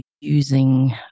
using